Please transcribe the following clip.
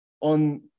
on